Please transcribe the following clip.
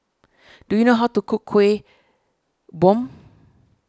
do you know how to cook Kueh Bom